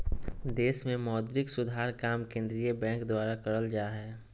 देश मे मौद्रिक सुधार काम केंद्रीय बैंक द्वारा करल जा हय